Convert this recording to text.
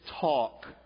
talk